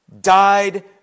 died